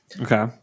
Okay